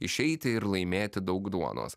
išeiti ir laimėti daug duonos